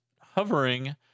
hovering